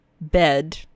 bed